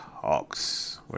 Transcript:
Hawks